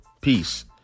peace